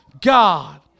God